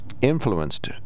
influenced